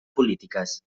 polítiques